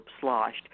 sloshed